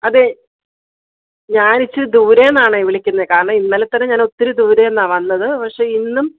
അതെ ഞാനിച്ചിരി ദൂരേ നിന്നാണെ വിളിക്കുന്നത് കാരണം ഇന്നലെ തന്നെ ഞാന് ഒത്തിരി ദൂരേന്നാണ് വന്നത് പക്ഷെ ഇന്നും